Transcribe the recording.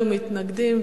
נמנעים.